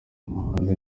umuhanzi